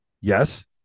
Yes